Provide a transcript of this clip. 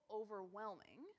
overwhelming